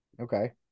Okay